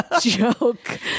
joke